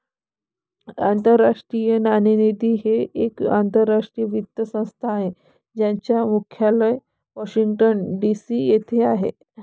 आंतरराष्ट्रीय नाणेनिधी ही एक आंतरराष्ट्रीय वित्तीय संस्था आहे ज्याचे मुख्यालय वॉशिंग्टन डी.सी येथे आहे